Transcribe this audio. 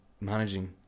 managing